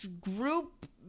group